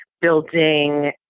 building